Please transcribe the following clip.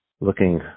Looking